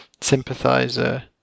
sympathizer